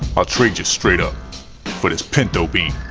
i'll trade you straight up for this pinto bean.